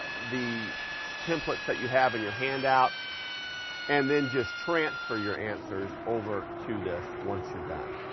the templates that you have in your handouts and then just transfer your answers over to this once you're done.